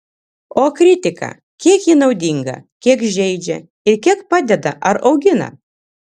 o kritika kiek ji naudinga kiek žeidžia ir kiek padeda ar augina